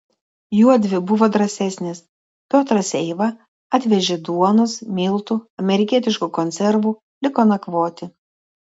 juodvi buvo drąsesnės piotras eiva atvežė duonos miltų amerikietiškų konservų liko nakvoti